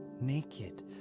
naked